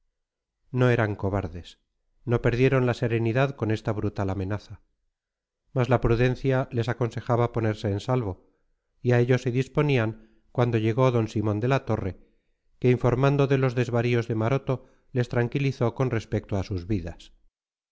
no eran cobardes no perdieron la serenidad con esta brutal amenaza mas la prudencia les aconsejaba ponerse en salvo y a ello se disponían cuando llegó d simón de la torre que informado de los desvaríos de maroto les tranquilizó con respecto a sus vidas